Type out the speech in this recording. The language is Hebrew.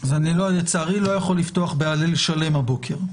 לצערי אני לא יכול לפתוח בהלל שלם הבוקר,